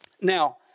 Now